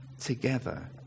together